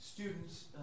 Students